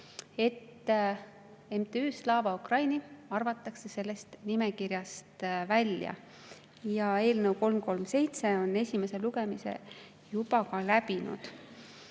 et MTÜ Slava Ukraini arvataks sellest nimekirjast välja. Eelnõu 337 on esimese lugemise läbinud.